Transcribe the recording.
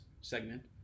segment